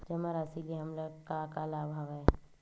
जमा राशि ले हमला का का लाभ हवय?